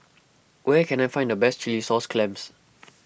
where can I find the best Chilli Sauce Clams